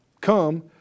Come